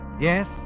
Yes